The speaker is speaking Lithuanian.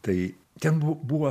tai ten bu buvo